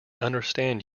understand